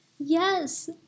Yes